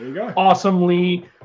awesomely